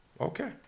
Okay